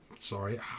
Sorry